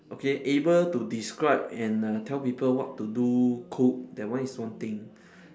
okay able to describe and uh tell people what to do cook that one is one thing